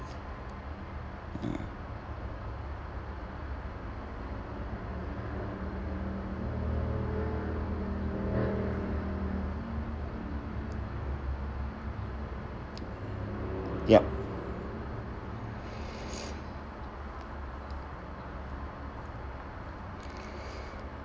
yup